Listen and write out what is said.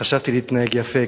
חשבתי להתנהג יפה,